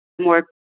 more